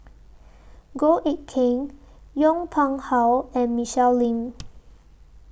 Goh Eck Kheng Yong Pung How and Michelle Lim